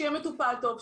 שיהיה מטופל טוב,